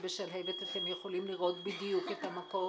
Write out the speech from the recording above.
ובשלהבת אתם יכולים לראות את המקום?